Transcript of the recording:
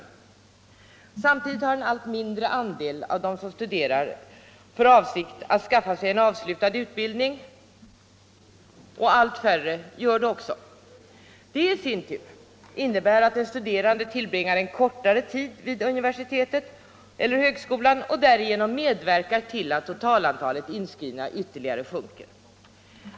Samtidigt har en allt mindre andel av dem som studerar för avsikt att skaffa sig en avslutad utbildning. Allt färre gör det också. Det i sin tur innebär att en studerande tillbringar kortare tid vid uni versitetet eller högskolan och därmed medverkar till att totalantalet inskrivna ytterligare sjunker.